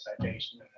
citation